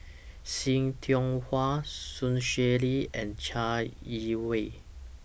See Tiong Wah Sun Xueling and Chai Yee Wei